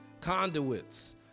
conduits